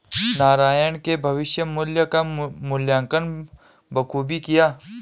नारायण ने भविष्य मुल्य का मूल्यांकन बखूबी किया